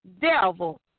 devil